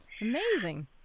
Amazing